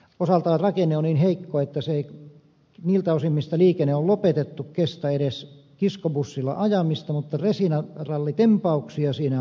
osaltaan rakenne on niin heikko että se ei niiltä osin mistä liikenne on lopetettu kestä edes kiskobussilla ajamista mutta resiinarallitempauksia siinä on ollut